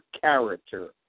character